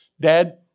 Dad